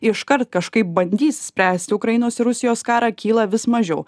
iškart kažkaip bandys spręst ukrainos ir rusijos karą kyla vis mažiau